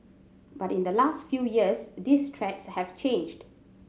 but in the last few years these threats have changed